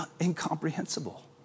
incomprehensible